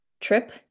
trip